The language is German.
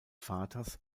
vaters